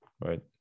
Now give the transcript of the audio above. right